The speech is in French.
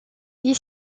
est